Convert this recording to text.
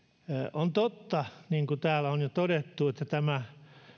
on totta niin kuin täällä on jo todettu että tämä